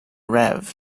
rev